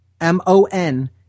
M-O-N